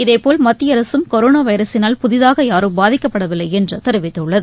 இதேபோல் மத்திய அரசும் கொரோனா வைரஸினால் புதிதாக யாரும் பாதிக்கப்படவில்லை என்று தெரிவித்துள்ளது